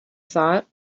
thought